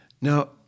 Now